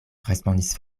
respondis